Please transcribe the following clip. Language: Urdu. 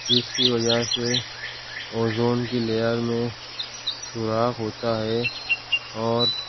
جس کی وجہ سے اوزون کی لیئر میں سوراخ ہوتا ہے اور